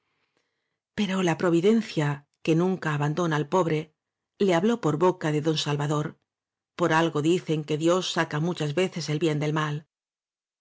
pero la providencia que nunca abando na al pobre le habló por boca de don sal vador por algo dicen que dios saca muchas veces el bien del mal